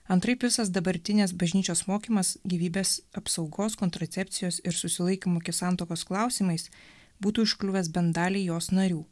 antraip visas dabartinės bažnyčios mokymas gyvybės apsaugos kontracepcijos ir susilaikymo iki santuokos klausimais būtų užkliuvęs bent daliai jos narių